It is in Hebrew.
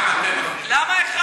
את צודקת, אבל למה גם אתם מחרימים?